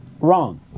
wrong